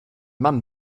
mann